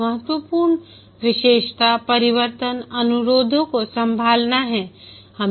एक महत्वपूर्ण विशेषता परिवर्तन अनुरोधों को संभालना है